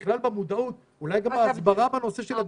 בכלל במודעות, אולי גם הסברה בנושא הדגימות,